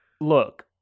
look